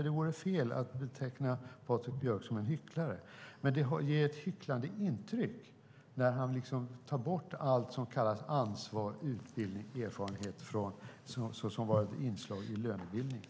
Det vore fel att beteckna Patrik Björck som en hycklare, men det ger ett hycklande intryck när han tar bort allt som kallas ansvar, utbildning och erfarenhet från lönebildningen.